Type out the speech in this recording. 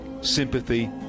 sympathy